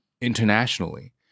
internationally